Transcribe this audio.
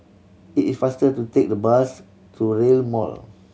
it is faster to take the bus to Rail Mall